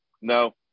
No